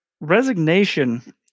Resignation